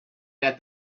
that